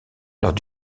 lors